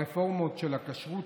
ברפורמות של הכשרות,